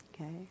Okay